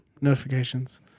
notifications